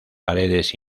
paredes